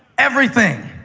everything.